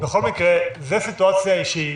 בכל מקרה, זו סיטואציה שהיא